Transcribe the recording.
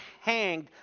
hanged